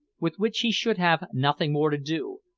with which he should have nothing more to do,